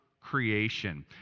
creation